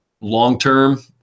long-term